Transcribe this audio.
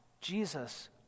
Jesus